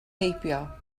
heibio